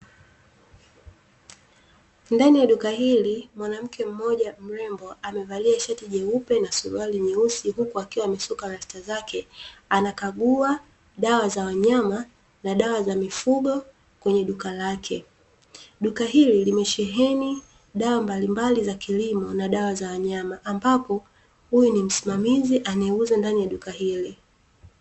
Ndani ya duka hili mwanamke mmoja mrembo, amevalia shati jeupe na suruali nyeusi huku akiwa amesuka rasta zake, anakagua dawa za wanyama, na dawa za mifugo kwenye duka lake. Duka hili limesheheni dawa mbalimbali za kilimo na dawa za wanyama, ambapo huyu ni msimamizi anayeuza ndani ya duka hili.